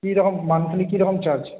কীরকম মান্থলি কীরকম চার্জ